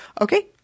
okay